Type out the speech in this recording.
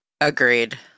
Agreed